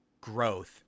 growth